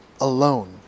alone